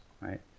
right